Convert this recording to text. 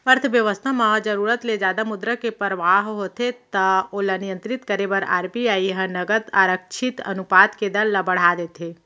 अर्थबेवस्था म जरुरत ले जादा मुद्रा के परवाह होथे त ओला नियंत्रित करे बर आर.बी.आई ह नगद आरक्छित अनुपात के दर ल बड़हा देथे